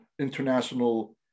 international